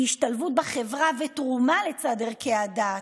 היא השתלבות בחברה ותרומה לצד ערכי הדת.